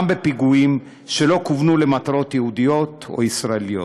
בפיגועים שלא כוונו למטרות יהודיות או ישראליות